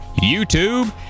YouTube